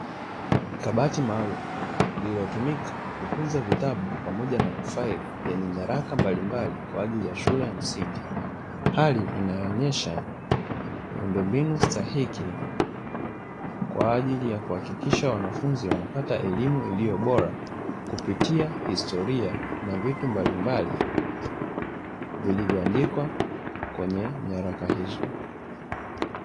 Kabati maalumu lililotumika kutunza vitabu pamoja na mafaili yenye nyaraka mbalimbali kwa ajili ya shule za msingi, hali inayoonyesha miundombinu stahiki kwa ajili ya kuhahakisha wanafunzi wanapata elimu iliyobora kupitia historia na vitu mbalimbali vilivyoandikwa kwenye nyaraka hizo.